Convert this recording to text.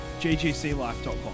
ggclife.com